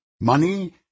Money